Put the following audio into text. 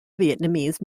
vietnamese